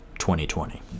2020